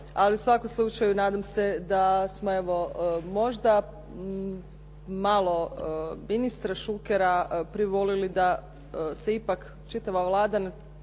ali u svakom slučaju nadam se da smo evo možda malo ministra Šukera privolili da se ipak čitava Vlada,